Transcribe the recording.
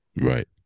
Right